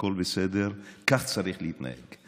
הכול בסדר, כך צריך להתנהג.